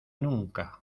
nunca